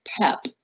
PEP